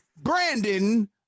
Brandon